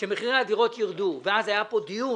שמחירי הדירות ירדו, אז היה פה דיון